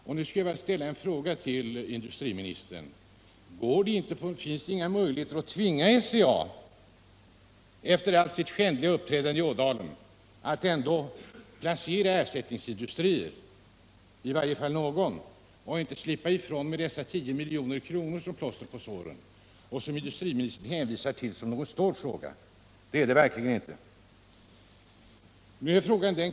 Nu skulle jag vilja ställa en fråga till industriministern: Finns det inga möjligheter att tvinga SCA, efter företagets skändliga uppträdande i Ådalen, att ändå skapa ersättningsindustrier, i varje fall någon, så att det inte slipper ifrån med dessa 10 milj.kr. såsom plåster på såren? Industriministern hänvisar till att detta är en svår fråga, men det är det verkligen inte.